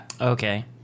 okay